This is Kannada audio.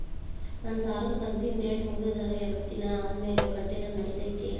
ನನ್ನ ಸಾಲದು ಕಂತಿನ ಡೇಟ್ ಮುಗಿದ ಎರಡು ದಿನ ಆದ್ಮೇಲೆ ಕಟ್ಟಿದರ ನಡಿತೈತಿ?